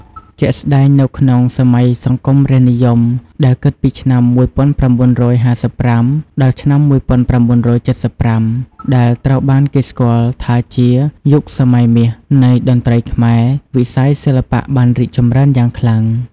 ជាក់ស្ដែងនៅក្នុងសម័យសង្គមរាស្ត្រនិយម ដែលគិតពីឆ្នាំ ១៩៥៥ ដល់ឆ្នាំ ១៩៧៥ ដែលត្រូវបានគេស្គាល់ថាជា "យុគសម័យមាស" នៃតន្ត្រីខ្មែរ វិស័យសិល្បៈបានរីកចម្រើនយ៉ាងខ្លាំង។